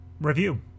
review